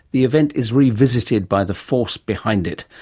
the event is revisited by the force behind it.